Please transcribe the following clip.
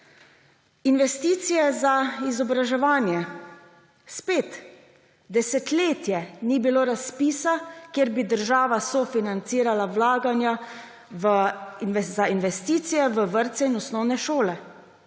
Investicije za izobraževanje. Spet, desetletje ni bilo razpisa, kjer bi država sofinancirala vlaganja za investicije v vrtce in osnovne šole.